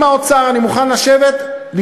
אני מוכן לשבת עם האוצר,